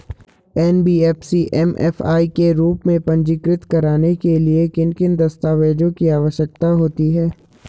NBFC MFI के रूप में पंजीकृत कराने के लिए किन किन दस्तावेज़ों की आवश्यकता होती है?